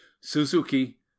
suzuki